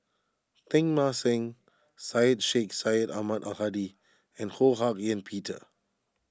Teng Mah Seng Syed Sheikh Syed Ahmad Al Hadi and Ho Hak Ean Peter